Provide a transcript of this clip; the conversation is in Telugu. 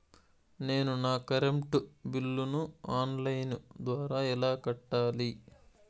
నేను నా కరెంటు బిల్లును ఆన్ లైను ద్వారా ఎలా కట్టాలి?